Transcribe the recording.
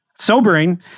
Sobering